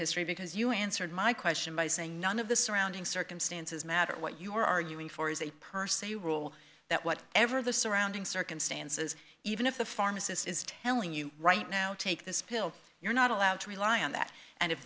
history because you answered my question by saying none of the surrounding circumstances matter what you're arguing for is a per se rule that what ever the surrounding circumstances even if the pharmacist is telling you right now take this pill you're not allowed to rely on that and if